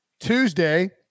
Tuesday